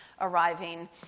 arriving